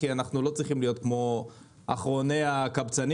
כי אנחנו לא צריכים להיות כמו אחרוני הקבצנים.